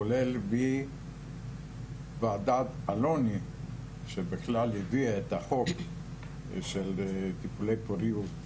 כולל מוועדת אלוני שבכלל הביאה את החוק של טיפולי פוריות.